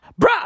bruh